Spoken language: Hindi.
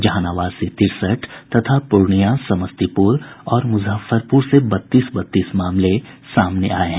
जहानाबाद से तिरसठ तथा पूर्णिया समस्तीपुर और मुजफ्फरपुर से बत्तीस बत्तीस मामले सामने आये हैं